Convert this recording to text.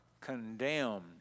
condemned